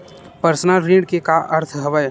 Personal ऋण के का अर्थ हवय?